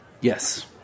Yes